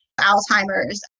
Alzheimer's